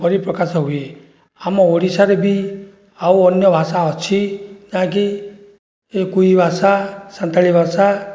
ପରିପ୍ରକାଶ ହୁଏ ଆମ ଓଡ଼ିଶାରେ ବି ଆଉ ଅନ୍ୟ ଭାଷା ଅଛି ଯାହାକି ଏକୁଇ ଭାଷା ସାନ୍ତାଳୀ ଭାଷା